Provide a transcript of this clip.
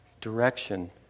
Direction